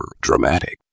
dramatic